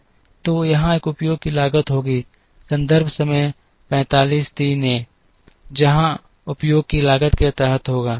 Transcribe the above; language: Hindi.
तो यहाँ एक उपयोग लागत होगी यहाँ उपयोग की लागत के तहत होगा यहाँ उपयोग की लागत के तहत होगा